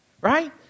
Right